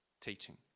teaching